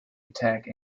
attack